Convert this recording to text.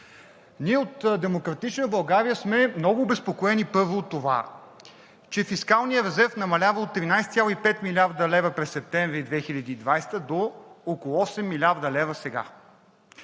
Ние от „Демократична България“ сме много обезпокоени първо от това, че фискалният резерв намалява от 13,5 млрд. лв. през месец септември 2020 г. до около 8 млрд. лв. сега.